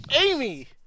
Amy